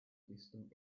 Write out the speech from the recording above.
distant